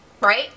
right